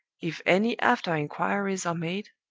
if any after-inquiries are made,